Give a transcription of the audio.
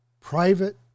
private